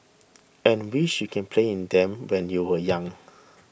and wish you can play in them when you were young